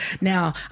Now